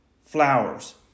flowers